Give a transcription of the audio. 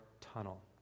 tunnel